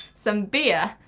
some beer,